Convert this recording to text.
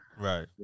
Right